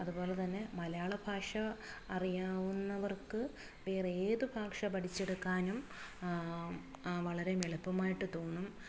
അതുപോലെതന്നെ മലയാളഭാഷ അറിയാവുന്നവർക്ക് വേറെ ഏത് ഭാഷ പഠിച്ചെടുക്കാനും വളരെ എളുപ്പമായിട്ട് തോന്നും